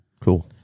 Cool